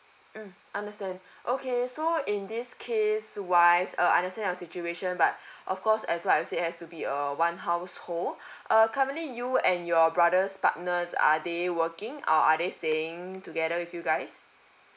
mm understand okay so in this case wise uh understand your situation but of course as what I've said it has to be a one household err currently you and your brother's partners are they working or are they staying together with you guys